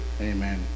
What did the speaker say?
amen